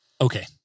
Okay